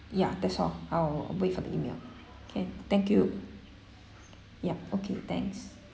ya that's all I'll I'll wait for the email can thank you ya okay thanks